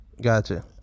Gotcha